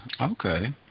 Okay